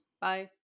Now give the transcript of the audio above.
Bye